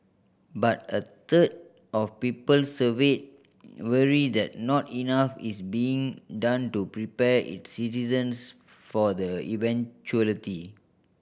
but a third of people surveyed worry that not enough is being done to prepare its citizens for the eventuality